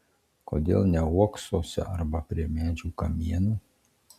kodėl ne uoksuose arba prie medžių kamienų